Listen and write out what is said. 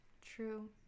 True